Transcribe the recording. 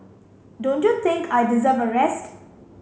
don't you think I deserve a rest